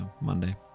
Monday